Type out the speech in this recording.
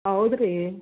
ಹೌದ್ರೀ